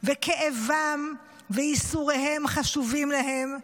כאבם וייסוריהם חשובים להם,